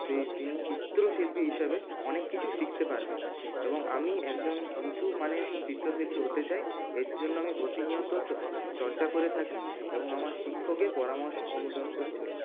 তিনি চিত্রশিল্পী হিসাবে অনেক কিছু শিখতে পারবেন এবং আমি একজন উঁচু মানের চিত্রশিল্পী হতে চাই এর জন্য আমি প্রতিনিয়ত চর্চা করে থাকি এবং আমার শিক্ষকের পরামর্শ অনুসরণ করে চলি